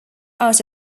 out